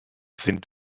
sind